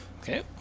Okay